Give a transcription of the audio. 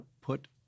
put